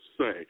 say